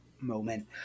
moment